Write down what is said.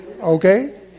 Okay